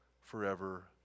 forever